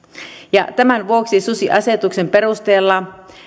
ja tämän vuoksi susiasetuksen perusteella